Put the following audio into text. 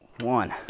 One